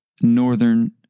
northern